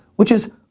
which is,